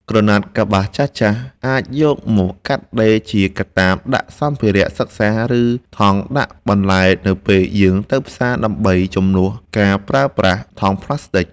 ក្រណាត់កប្បាសចាស់ៗអាចយកមកកាត់ដេរជាកាតាបដាក់សម្ភារៈសិក្សា ឬ ថង់ដាក់បន្លែនៅពេលយើងទៅផ្សារដើម្បីជំនួសការប្រើប្រាស់ថង់ប្លាស្ទិក។